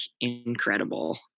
incredible